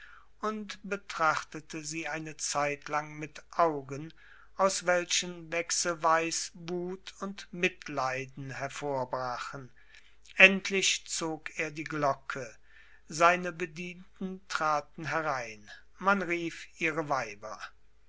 und betrachtete sie eine zeitlang mit augen aus welchen wechselsweis wut und mitleiden hervorbrachen endlich zog er die glocke seine bedienten traten herein man rief ihre weiber